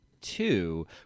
two